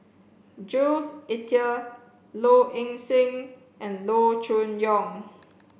Jules Itier Low Ing Sing and Loo Choon Yong